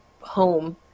home